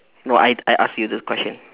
no I I ask you the question